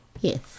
Yes